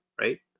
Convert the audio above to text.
right